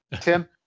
Tim